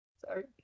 Sorry